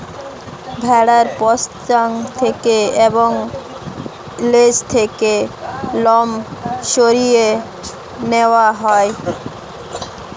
ভেড়ার পশ্চাৎ থেকে এবং লেজ থেকে লোম সরিয়ে নেওয়া হয়